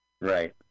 Right